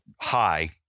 high